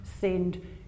send